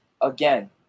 again